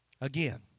Again